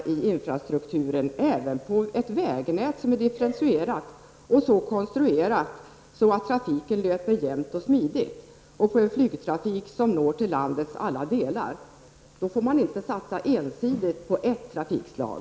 Det innebär att man även skall satsa på ett vägnät som är differentierat och så konstruerat att trafiken löper jämnt och smidigt och att man skall satsa på en flygtrafik som når landets alla delar. Då får man inte satsa ensidigt på ett trafikslag.